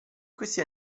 questi